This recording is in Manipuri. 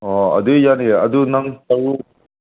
ꯑꯣ ꯑꯗꯨ ꯌꯥꯅꯤ ꯑꯗꯨ ꯅꯪ ꯇꯧ